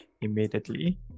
immediately